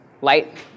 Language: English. light